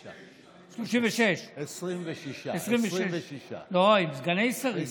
26. 36. 26. לא, יש סגני שרים.